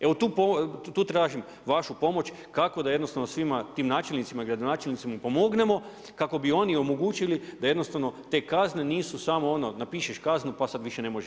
Evo tu tražim vašu pomoć kako da jednostavno svima tim načelnicima i gradonačelnicima pomognemo kako bi oni omogućili da jednostavno te kazne nisu samo ono, napišeš kaznu, pa sad više ne možeš naplatiti.